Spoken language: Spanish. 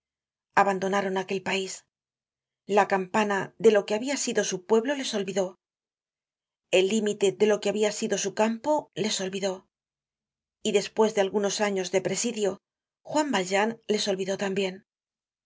abandonaron aquel pais la campana de lo que habia sido su pueblo les olvidó el límite de lo que habia sido su campo les olvidó y despues de algunos años de presidio juan valjean les olvidó tambien